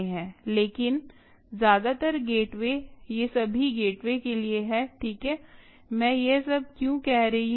लेकिन ज्यादातर गेटवे ये सभी गेटवे के लिए हैं ठीक है मैं यह सब क्यों कह रही हूं